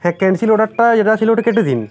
হ্যাঁ ক্যানসেল অর্ডারটা যেটা ছিল ওটা কেটে দিন